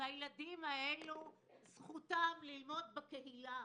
והילדים האלה זכותם ללמוד בקהילה,